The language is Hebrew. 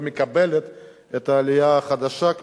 לא מקבלת את העלייה החדשה,